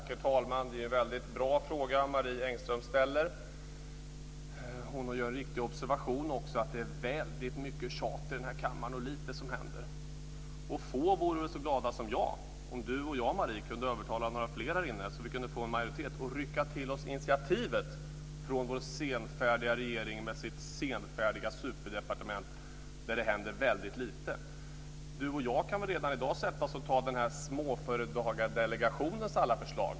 Herr talman! Det är en bra fråga som Marie Engström ställer. Hon gör också en riktig observation, att det är mycket tjat här i kammaren och lite som händer. Få vore lika glada som jag om Marie Engström och jag kunde övertala några fler och få en majoritet. Då kunde vi rycka till oss initiativet från vår senfärdiga regering med sitt senfärdiga superdepartement, där det händer så litet. Marie Engström och jag kan väl sätta oss redan i dag och gå igenom Småföretagsdelegationens förslag.